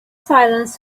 silence